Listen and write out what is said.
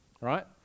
right